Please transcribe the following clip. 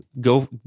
Go